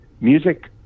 music